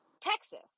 texas